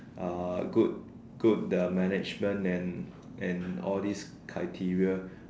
uh good good uh management and and all this criteria